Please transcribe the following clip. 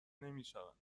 نمیشوند